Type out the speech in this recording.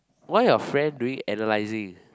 why your friend doing analyzing